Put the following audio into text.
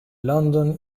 london